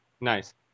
Nice